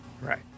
right